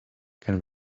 can